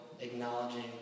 acknowledging